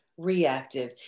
reactive